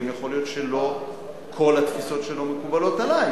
גם יכול להיות שלא כל התפיסות שלו מקובלות עלי.